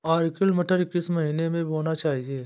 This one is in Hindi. अर्किल मटर किस महीना में बोना चाहिए?